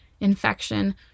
infection